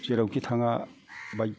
जेरावखि थांङा बाइक